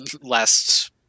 last